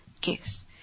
case